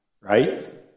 right